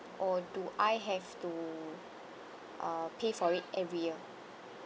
or do I have to uh pay for it every year